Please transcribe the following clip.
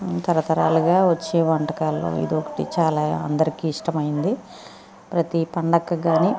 ఇంకా తరతరాలుగా వచ్చే వంటకాలలో ఇదొకటి చాలా అందరికి ఇష్టమైనది ప్రతీ పండగకి కానీ